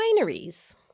wineries